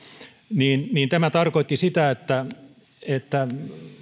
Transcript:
niin niin tämä tarkoitti sitä että että